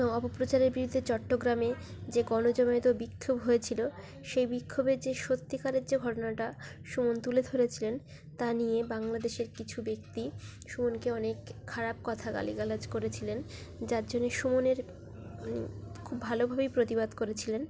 অপপ্রচারের বিরুদ্ধে চট্টগ্রামে যে গণজমায়েত বিক্ষোভ হয়েছিল সেই বিক্ষোভের যে সত্যিকারের যে ঘটনাটা সুমন তুলে ধরেছিলেন তা নিয়ে বাংলাদেশের কিছু ব্যক্তি সুমনকে অনেক খারাপ কথা গালিগালাজ করেছিলেন যার জন্যে সুমন এর খুব ভালোভাবেই প্রতিবাদ করেছিলেন